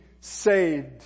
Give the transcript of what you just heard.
saved